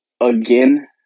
again